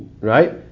Right